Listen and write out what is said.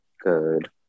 good